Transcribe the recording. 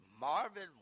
Marvin